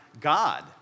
God